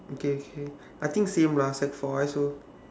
okay okay I think same lah sec four I also